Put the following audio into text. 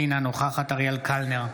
אינה נוכחת אריאל קלנר,